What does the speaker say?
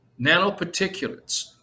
nanoparticulates